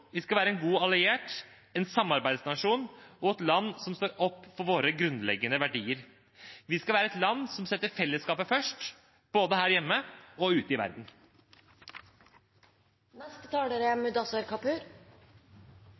god alliert, en samarbeidsnasjon og et land som står opp for våre grunnleggende verdier. Vi skal være et land som setter fellesskapet først, både her hjemme og ute i